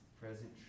present